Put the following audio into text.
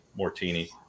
Mortini